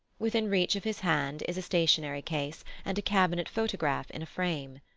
within reach of his hand is a stationery case, and a cabinet photograph in a frame.